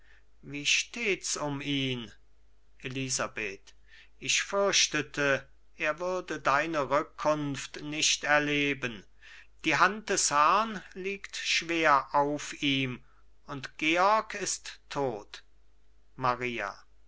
elisabeth ich fürchtete er würde deine rückkunft nicht erleben die hand des herrn liegt schwer auf ihm und georg ist tot maria